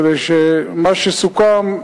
כדי שמה שסוכם,